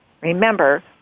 Remember